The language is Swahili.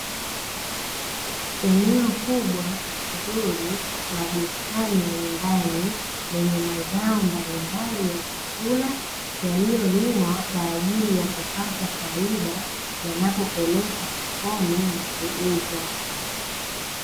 Eneo kubwa, zuri la bustani ya nyumbani, lenye mazao mbalimbali ya chakula, yaliyolimwa kwa ajili ya kupata faida yanapopelekwa sokoni na kuuzwa.